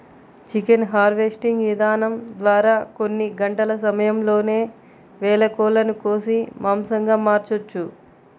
chicken harvesting ఇదానం ద్వారా కొన్ని గంటల సమయంలోనే వేల కోళ్ళను కోసి మాంసంగా మార్చొచ్చు